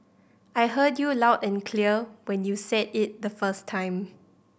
I heard you loud and clear when you said it the first time